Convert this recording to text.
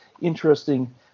interesting